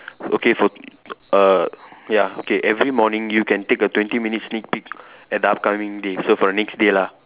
okay for err ya okay every morning you can take a twenty minutes sneak peak at the upcoming day so for the next day lah